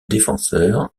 défenseur